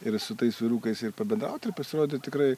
ir su tais vyrukais ir pabendraut ir pasirodė tikrai